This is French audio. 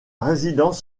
résidence